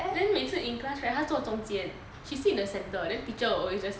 then 每次 in class right 她坐中间 she sit in the centre then teacher will always just